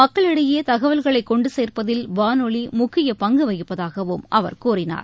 மக்களிடையே தகவல்களை கொண்டு சேர்ப்பதில் வானொலி முக்கிய பங்கு வகிப்பதாகவும் அவர் கூறினார்